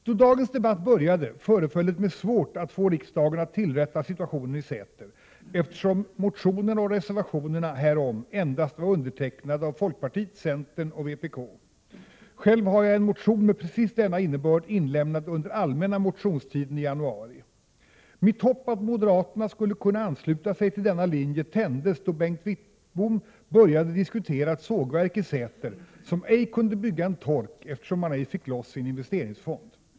Då dagens debatt började föreföll det mig svårt att få riksdagen att rätta till situationen i Säter, eftersom motionerna och reservationerna härom endast var undertecknade av representanter för folkpartiet, centerpartiet och vänsterpartiet kommunisterna. Själv har jag lämnat in en motion med precis denna innebörd under allmänna motionstiden i januari. Mitt hopp att moderaterna skulle kunna ansluta sig till den här linjen tändes när Bengt Wittbom började diskutera ett sågverk i Säter, som ej kunde bygga en tork eftersom man inte fick loss sin investeringsfond.